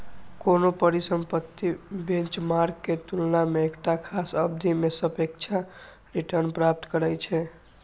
कोनो परिसंपत्ति बेंचमार्क के तुलना मे एकटा खास अवधि मे सापेक्ष रिटर्न प्राप्त करै छै